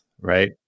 right